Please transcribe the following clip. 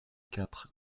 quatre